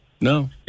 No